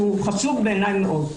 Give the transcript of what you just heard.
שהוא בעיניי חשוב מאוד.